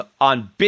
on